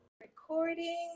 Recording